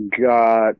got